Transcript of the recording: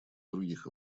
других